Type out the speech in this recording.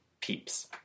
peeps